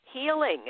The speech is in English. healing